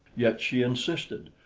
yet she insisted.